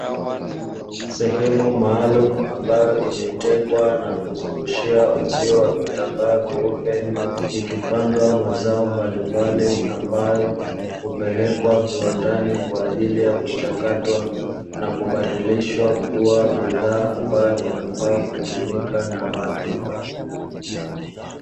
Sehemu maalumu ambayo imetengwa na kuzungushiwa uzio wa vitamaa vyeupe. Ikipandwa mazao mbalimbali ambayo hupeleka viwandani kwa ajili ya kuchakatwa na kubadilishwa kuwa bidhaa ambayo inafaa kutumika na watu.